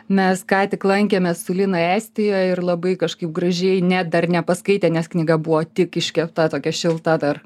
mes ką tik lankėmės su lina estijoj ir labai kažkaip gražiai net dar nepaskaitė nes knyga buvo tik iškepta tokia šilta dar